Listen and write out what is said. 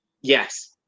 yes